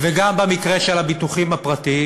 וגם במקרה של הביטוחים הפרטיים,